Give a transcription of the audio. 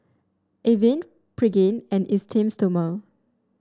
Avene Pregain and Esteem Stoma